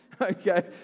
Okay